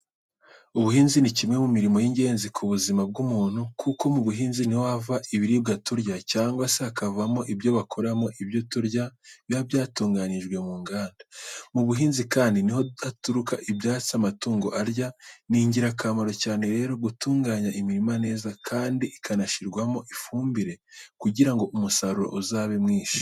Ubuhinzi ni kimwe mu mirimo y'ingenzi ku buzima bw'umuntu. Kuko mu buhinzi ni ho hava ibiribwa turya cyangwa se hakavamo ibyo bakoramo ibyo turya biba byatunganirijwe mu nganda. Mu buhinzi kandi niho haturuka ibyatsi amatungo arya. Ni ingirakamaro cyane rero gutunganya imirima neza kandi ikanashyirwamo ifumbire kugira ngo umusaruro uzabe mwinshi.